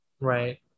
Right